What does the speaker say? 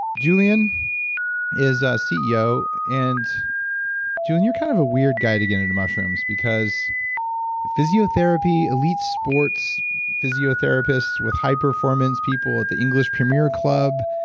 julian is ceo and julian you're kind of a weird guy to get into mushrooms because physiotherapy, elite sport's physiotherapist with high performance people at the english premier club.